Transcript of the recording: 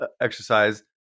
exercise